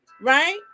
right